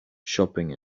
shopping